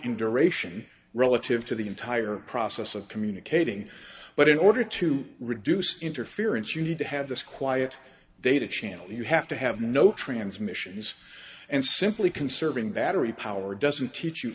duration relative to the entire process of communicating but in order to reduce interference you need to have this quiet data channel you have to have no transmissions and simply conserving that every power doesn't teach you